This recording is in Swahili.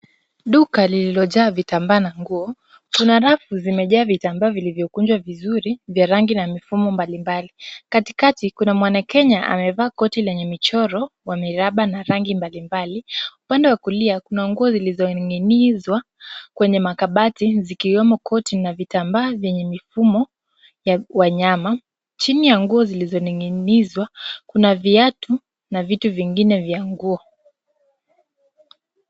Duka lililojaa vitambaa na nguo, kuna rafu zimejaa vitambaa zilivyokunjwa vizuri vya rangi na mifumo mbalimbali, katikati kuna mwanakenya amevaa koti lenye michoro ya miraba na rangi mbalimbali, upande wa kulia kuna nguo zilizoning'inizwa kwenye makabati zikiwemo koti na vitambaa vyenye mifumo ya wanyama. Chini ya nguo zilizoning'inizwa kuna viatu na vitu vingine vya nguo.